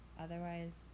Otherwise